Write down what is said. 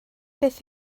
beth